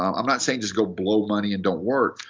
i'm not saying, just go blow money and don't work.